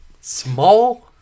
small